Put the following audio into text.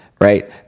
right